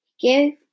Give